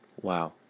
Wow